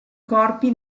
corpi